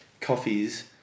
coffees